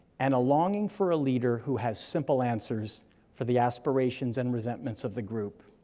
and a longing for a leader who has simple answers for the aspirations and resentments of the group.